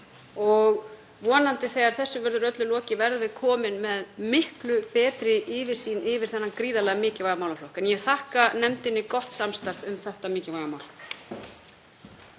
og vonandi þegar þessu verður öllu lokið verðum við komin með miklu betri yfirsýn yfir þennan gríðarlega mikilvæga málaflokk. Ég þakka nefndinni gott samstarf um þetta mikilvæga mál.